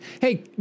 hey